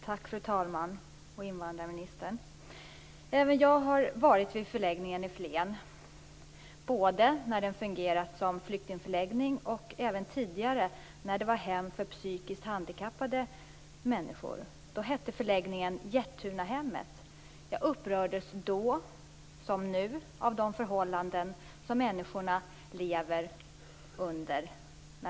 Exempelvis slöt vi i början av året ett avtal med Förbundsrepubliken Jugoslavien, för att göra det möjligt för jugoslaviska medborgare att resa hem. Som nyligen meddelats i riksdagen har avtalet ännu inte ratificerats av Förbundsrepubliken Jugoslavien.